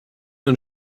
und